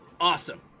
Awesome